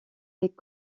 les